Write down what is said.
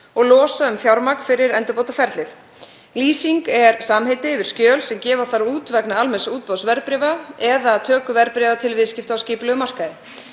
og losa um fjármagn fyrir endurbótaferlið. Lýsing er samheiti yfir skjöl sem gefa þarf út vegna almenns útboðs verðbréfa eða töku verðbréfa til viðskipta á skipulegum markaði.